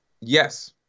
yes